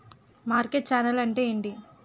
Market channel అంటే ఏంటి?